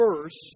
first